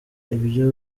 ibyo